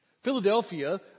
Philadelphia